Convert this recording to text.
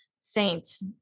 saints